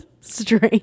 strange